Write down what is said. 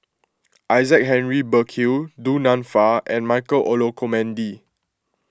Isaac Henry Burkill Du Nanfa and Michael Olcomendy